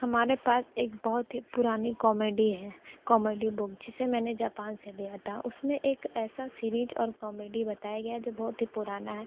हमारे पास एक बहुत ही पुरानी कॉमेडी है कॉमेडी बुक जिसे मैंने जापान से लिया था उसमें एक ऐसा सिरीज़ और कॉमेडी बताया गया है जो बहुत ही पुराना है